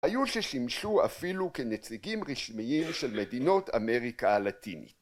‫היו ששימשו אפילו כנציגים רשמיים ‫של מדינות אמריקה הלטינית.